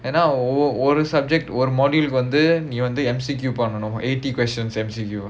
என்ன ஒரு:enna oru subject ஒரு:oru module கு வந்து நீ வந்து:ku vanthu nee vanthu M_C_Q பண்ணனும்:pannanum eighty questions M_C_Q